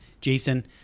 jason